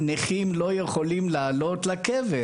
יהיו נכים שלא יוכלו לעלות לקבר